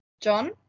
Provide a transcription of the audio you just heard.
John